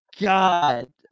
god